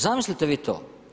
Zamislite vi to.